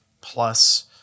plus